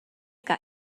got